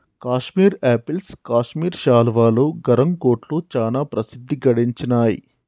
Kashmir apples Kashmir శాలువాలు, గరం కోట్లు చానా ప్రసిద్ధి గడించినాయ్